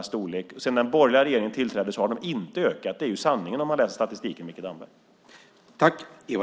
Sedan den borgerliga regeringen tillträdde har de inte ökat. Det är sanningen om man läser statistiken, Micke Damberg.